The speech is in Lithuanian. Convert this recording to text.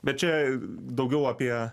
bet čia daugiau apie